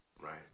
Right